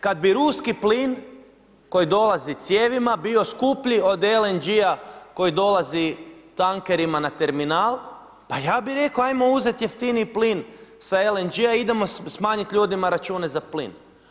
Kad bi ruski plin koji dolazi cijevima bio skuplji od LNG-a koji dolazi tankerima na terminal pa ja bih rekao hajmo uzeti jeftiniji plin sa LNG-a idemo smanjit ljudima račune za plin.